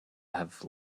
have